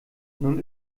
nun